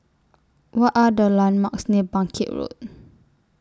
What Are The landmarks near Bangkit Road